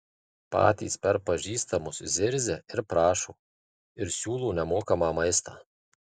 patys per pažįstamus zirzia ir prašo ir siūlo nemokamą maistą